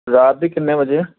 ਰਾਤ ਦੇ ਕਿੰਨੇ ਵਜੇ